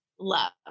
love